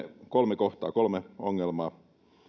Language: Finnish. kolme kohtaa kolme ongelmaa